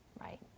Right